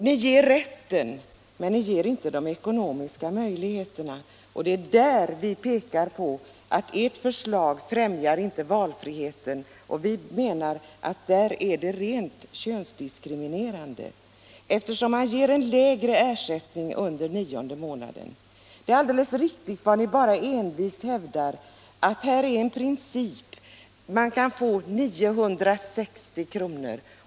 Ni ger rätten, men ni ger inte de ekonomiska möjligheterna, och det är där vi pekar på att ert förslag inte främjar valfriheten utan är rent könsdiskriminerande eftersom man ger en lägre ersättning under den nionde månadens förlängning. Det är riktigt vad ni bara envist hävdar: här är en princip. Man kan få 960 kr.